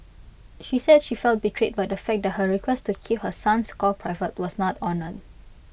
she said she felt betrayed by the fact that her request to keep her son's score private was not honoured